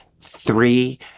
Three